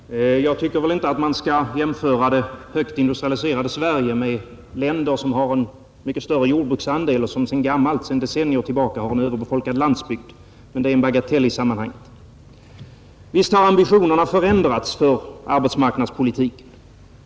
Herr talman! Jag tycker inte att man skall jämföra det högt industrialiserade Sverige med länder som har en mycket större jordbruksandel och som sedan decennier tillbaka har en överbefolkad landsbygd, men det är en bagatell i sammanhanget. Visst har ambitionerna förändrats för arbetsmarknadspolitiken.